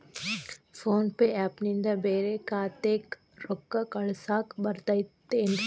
Phone pay app ನಿಂದ ಬ್ಯಾರೆ ಖಾತೆಕ್ ರೊಕ್ಕಾ ಕಳಸಾಕ್ ಬರತೈತೇನ್ರೇ?